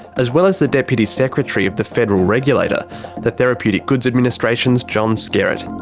as well as the deputy secretary of the federal regulator the therapeutic goods administration's john skerritt.